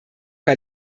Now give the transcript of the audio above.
bei